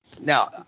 Now